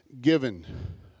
given